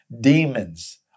demons